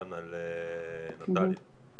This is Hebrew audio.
על נטליה,